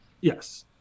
yes